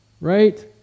Right